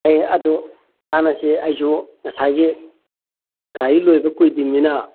ꯑꯩ ꯑꯗꯨ ꯇꯥꯟꯅꯁꯤ ꯑꯩꯁꯨ ꯉꯁꯥꯏꯒꯤ ꯒꯥꯔꯤ ꯂꯣꯏꯕ ꯀꯨꯏꯗ꯭ꯔꯤꯕꯅꯤꯅ